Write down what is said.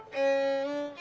a